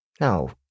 No